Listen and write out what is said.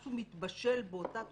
שמשהו מתבשל באותה תקופה,